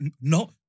no